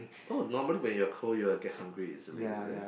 oh normally when you're cold you'll get hungry easily is it